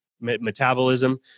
metabolism